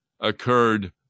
occurred